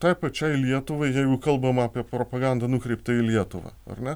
tai pačiai lietuvai jeigu kalbama apie propagandą nukreiptą į lietuvą ar ne